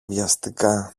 βιαστικά